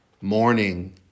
morning